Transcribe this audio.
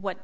what